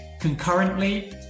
concurrently